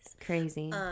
crazy